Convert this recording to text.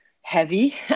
heavy